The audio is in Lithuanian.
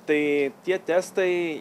tai tie testai